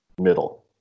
middle